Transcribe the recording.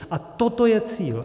A toto je cíl.